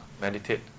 meditate